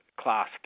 class